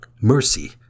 mercy